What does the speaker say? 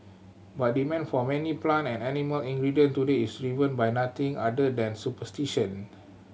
but demand for many plant and animal ingredient today is driven by nothing other than superstition